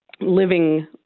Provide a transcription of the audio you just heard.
living